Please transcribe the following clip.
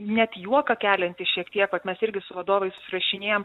net juoką kelianti šiek tiek vat mes irgi su vadovais susirašinėjam